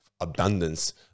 abundance